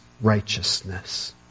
righteousness